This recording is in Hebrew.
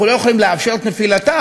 אנחנו לא יכולים לאפשר את נפילתם,